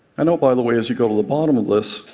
and note, by the way, as you go to the bottom of this,